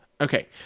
Okay